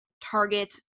target